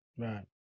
Right